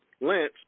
Lance